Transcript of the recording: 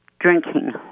Drinking